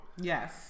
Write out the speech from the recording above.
yes